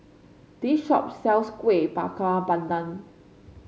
this shop sells Kuih Bakar Pandan